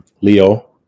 Leo